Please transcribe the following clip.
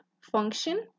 function